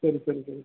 ಸರಿ ಸರಿ ಸರಿ